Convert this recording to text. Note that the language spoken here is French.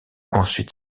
ensuite